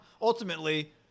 ultimately